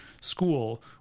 school